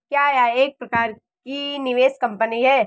क्या यह एक प्रकार की निवेश कंपनी है?